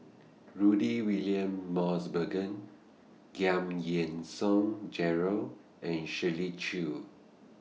Rudy William Mosbergen Giam Yean Song Gerald and Shirley Chew